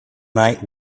night